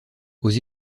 aux